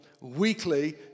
weekly